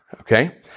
Okay